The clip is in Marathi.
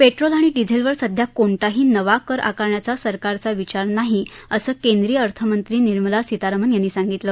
पेट्रोल आणि डिझेलवर सध्या कोणताही नवा कर आकारण्याचा सरकारचा विचार नाहीअसं केंद्रीय अर्थमंत्री निर्मला सीतारामन यांनी सांगितलं